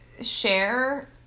share